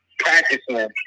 Practicing